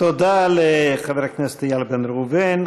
תודה לחבר הכנסת איל בן ראובן.